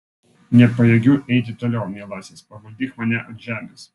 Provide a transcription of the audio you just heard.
nepajėgiu eiti toliau mielasis paguldyk mane ant žemės